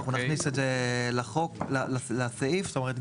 אנחנו נכניס את זה לסעיף זאת אומרת,